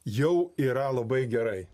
jau yra labai gerai